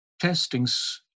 testings